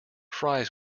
fries